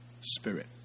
Spirit